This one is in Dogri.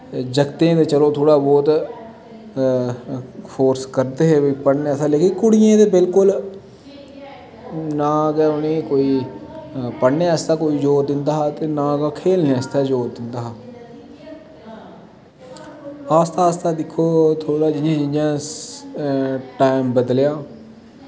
जागतें गी ते चलो थोह्ड़ा बौह्त फोर्स करदे हे पढ़ने आस्तै लेकिन कुड़ियें गी ते बिल्कुल ना गै उ'नें कोई पढ़ने आस्तै कोई जोर दिंदा हा ते ना गै खेढने आस्तै जोर दिंदा हा आस्तै आस्तै दिक्खो थोह्ड़ा थोह्ड़ा जि'यां टैम बदलेआ